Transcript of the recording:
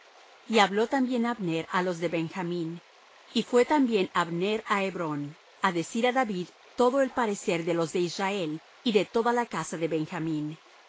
y habló también abner á los de benjamín y fué también abner á hebrón á decir á david todo el parecer de los de israel y de toda la casa de benjamín